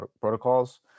protocols